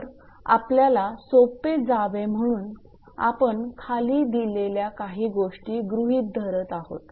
तर आपल्याला सोपे जावे म्हणून आपण खाली दिलेल्या काही गोष्टी गृहीत धरत आहोत